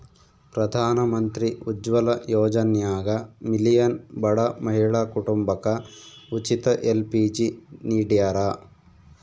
ಪ್ರಧಾನಮಂತ್ರಿ ಉಜ್ವಲ ಯೋಜನ್ಯಾಗ ಮಿಲಿಯನ್ ಬಡ ಮಹಿಳಾ ಕುಟುಂಬಕ ಉಚಿತ ಎಲ್.ಪಿ.ಜಿ ನಿಡ್ಯಾರ